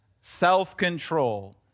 self-control